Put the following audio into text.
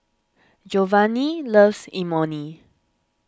Jovanni loves Imoni